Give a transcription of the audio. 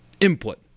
input